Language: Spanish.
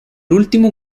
último